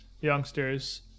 youngsters